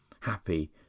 happy